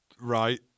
Right